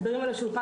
הדברים על השולחן,